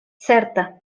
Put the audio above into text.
certa